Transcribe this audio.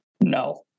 No